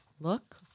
look